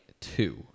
two